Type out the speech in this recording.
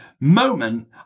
moment